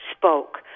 spoke